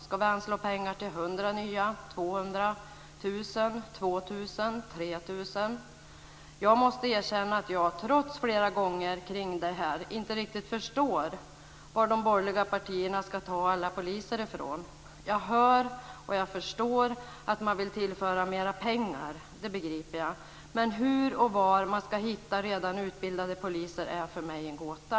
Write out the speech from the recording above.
Ska vi anslå pengar till 100, 200, 1 000, 2 000, 3 000 nya? Jag måste erkänna att jag inte riktigt förstår var de borgerliga partierna ska ta alla poliser från. Jag hör och förstår att man vill tillföra mera pengar. Men hur och var man ska hitta redan utbildade poliser är för mig en gåta.